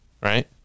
right